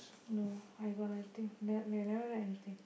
no I got nothing they they never write anything